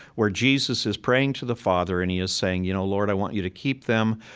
where jesus is praying to the father and he is saying, you know, lord, i want you to keep them,